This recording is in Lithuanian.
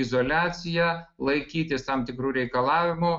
izoliacija laikytis tam tikrų reikalavimų